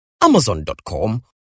Amazon.com